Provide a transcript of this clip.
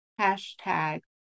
hashtag